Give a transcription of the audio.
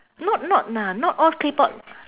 not not lah not all claypot